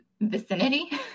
vicinity